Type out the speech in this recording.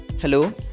Hello